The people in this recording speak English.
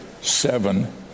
seven